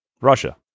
Russia